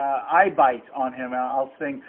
eyebite on him, and i'll sing,